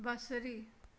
बसरी